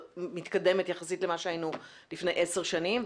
מתקדמת יחסית למה שהיינו לפני 10 שנים.